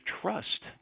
trust